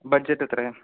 budget എത്രയാണ്